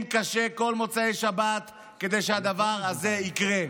קשה כל מוצאי שבת כדי שהדבר הזה יקרה.